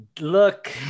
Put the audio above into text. look